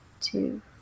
Two